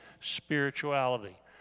Spirituality